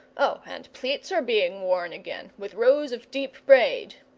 oh, and pleats are being worn again, with rows of deep braid,